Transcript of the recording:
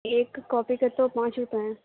ایک کاپی کا تو پانچ روپے ہیں